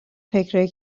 فکرایی